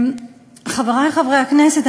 חברי חברי הכנסת,